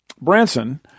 Branson